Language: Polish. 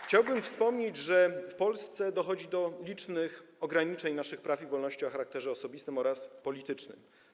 Chciałbym wspomnieć, że w Polsce dochodzi do licznych ograniczeń naszych praw i wolności o charakterze osobistym oraz politycznym.